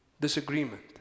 disagreement